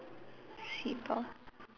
seatbelt